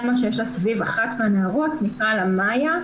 שיש לה סביב אחת מהנערות שנקרא לה מאיה,